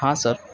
હા સર